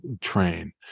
train